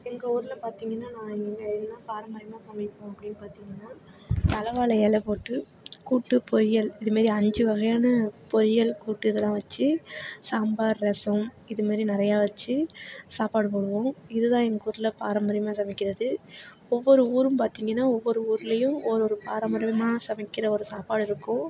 எங்கள் ஊரில் பார்த்திங்கன்னா நாங்கள் இங்கே என்ன பாரம்பரியமாக சமைப்போம் அப்படின்னு பார்த்திங்கன்னா தலவாழை இல போட்டு கூட்டு பொரியல் இதுமாரி அஞ்சு வகையான பொரியல் கூட்டு இதெல்லாம் வச்சு சாம்பார் ரசம் இதுமாரி நிறையா வச்சு சாப்பாடு போடுவோம் இது தான் எங்கள் ஊரில் பாரம்பரியமாக சமைக்கின்றது ஒவ்வொரு ஊரும் பார்த்திங்கன்னா ஒவ்வொரு ஊர்லேயும் ஒவ்வொரு பாரம்பரியமாக சமைக்கின்ற ஒரு சாப்பாடு இருக்கும்